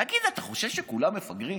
תגיד, אתה חושב שכולם מפגרים?